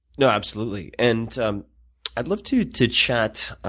you know absolutely. and i'd love to to chat.